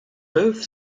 both